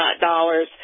dollars